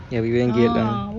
ya we went geylang